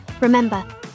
Remember